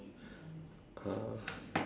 uh